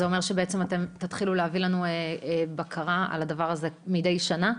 זה אומר שאתם תתחילו להביא לנו בקרה על הדבר הזה מדי שנה?